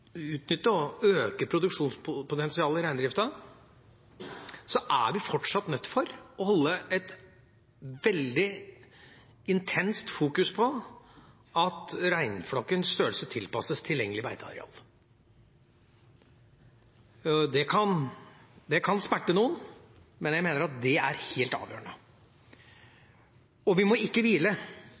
utnytte og øke produksjonspotensialet i reindriften, er vi fortsatt nødt til å holde et veldig intenst fokus på at reinflokkens størrelse tilpasses tilgjengelig beiteareal. Det kan smerte noen, men jeg mener at det er helt avgjørende. Vi må ikke hvile.